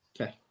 Okay